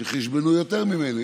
שחישבנו יותר ממני.